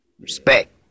respect